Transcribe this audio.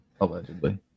allegedly